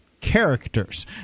characters